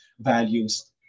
Values